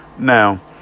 Now